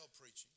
preaching